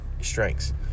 strengths